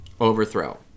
overthrow